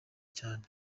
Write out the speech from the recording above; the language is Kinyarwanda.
cyane